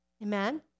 Amen